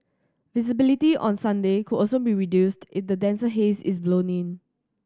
visibility on Sunday could also be reduced if the denser haze is blown in